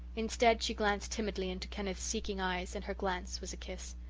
instead, she glanced timidly into kenneth's seeking eyes and her glance was a kiss.